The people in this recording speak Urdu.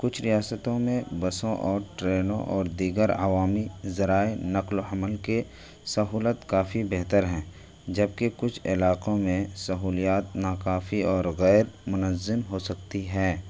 کچھ ریاستوں میں بسوں اور ٹرینوں اور دیگر عوامی ذرائع نقل و حمل کے سہولت کافی بہتر ہیں جبکہ کچھ علاقوں میں سہولیات ناکافی اور غیر منظم ہو سکتی ہے